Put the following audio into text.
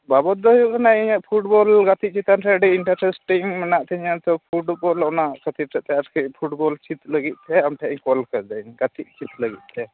ᱵᱟᱵᱚᱫᱽ ᱫᱚ ᱦᱩᱭᱩᱜ ᱠᱟᱱᱟ ᱤᱧᱟᱹᱜ ᱯᱷᱩᱴᱵᱚᱞ ᱜᱟᱛᱮᱜ ᱪᱮᱛᱟᱱ ᱨᱮ ᱟᱹᱰᱤ ᱤᱱᱴᱟᱨᱮᱹᱥᱴ ᱛᱤᱧ ᱢᱮᱱᱟᱜ ᱛᱤᱧᱟᱹ ᱛᱚ ᱯᱷᱩᱴᱵᱚᱞ ᱚᱱᱟ ᱠᱷᱟᱹᱛᱤᱨ ᱛᱮ ᱟᱨᱠᱤ ᱯᱷᱩᱴᱵᱚᱞ ᱪᱮᱫ ᱞᱟᱹᱜᱤᱫ ᱛᱮ ᱟᱢ ᱴᱷᱮᱱᱤᱧ ᱠᱚᱞ ᱟᱠᱟᱫᱟᱹᱧ ᱜᱟᱛᱮᱜ ᱞᱟᱹᱜᱤᱫ ᱛᱮ